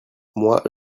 moi